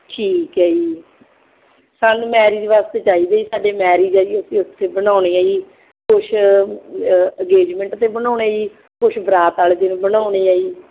ਠੀਕ ਹੈ ਜੀ ਸਾਨੂੰ ਮੈਰਿਜ ਵਾਸਤੇ ਚਾਹੀਦੇ ਜੀ ਸਾਡੇ ਮੈਰਿਜ ਆ ਜੀ ਅਸੀਂ ਉੱਥੇ ਬਣਾਉਣੇ ਆ ਜੀ ਕੁਛ ਅਗੇਜਮੈਂਟ 'ਤੇ ਬਣਾਉਣੇ ਜੀ ਕੁਛ ਬਰਾਤ ਵਾਲੇ ਦਿਨ ਬਣਾਉਣੇ ਆ ਜੀ